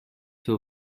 two